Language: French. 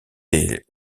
des